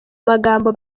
magambo